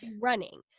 running